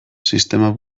sistema